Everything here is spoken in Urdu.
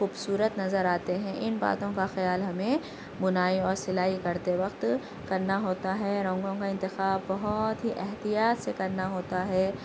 خوبصورت نظر آتے ہیں ان باتوں كا خيال ہميں بُنائى اور سلائى كرتے وقت كرنا ہوتا ہے رنگوں کا انتخاب بہت ہی احتیاط سے کرنا ہوتا ہے